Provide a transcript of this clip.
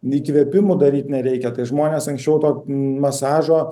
įkvėpimo daryti nereikia tai žmonės anksčiau to masažo